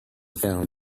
found